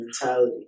mentality